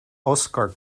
oskar